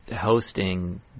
hosting